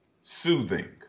soothing